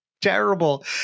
terrible